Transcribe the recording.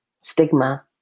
stigma